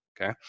okay